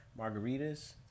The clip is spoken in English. margaritas